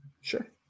Sure